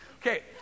Okay